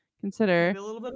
consider